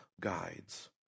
guides